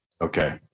Okay